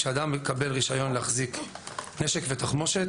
כשאדם מקבל רישיון להחזיק נשק ותחמושת,